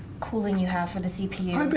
cooling you have for the cpm